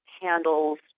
handles